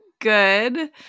good